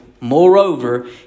Moreover